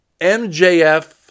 MJF